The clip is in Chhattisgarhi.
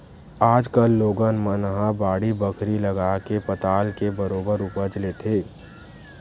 आज कल लोगन मन ह बाड़ी बखरी लगाके पताल के बरोबर उपज लेथे